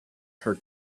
her